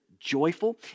joyful